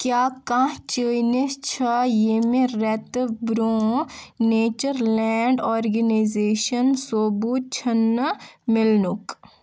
کیٛاہ کانٛہہ چٲنِس چھا ییٚمہِ رٮ۪تہٕ برٛونٛہہ نیچر لینٛڈ آرگنیزیشن ثوٚبوٗت چھِنہٕ میلنُک